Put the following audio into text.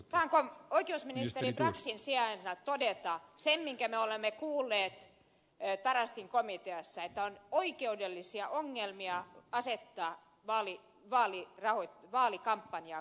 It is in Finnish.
saanko oikeusministeri braxin sijaan todeta sen minkä me olemme kuulleet tarastin komiteassa että on oikeudellisia ongelmia on se että ari väli asettaa vaalikampanjakatto